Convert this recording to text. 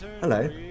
Hello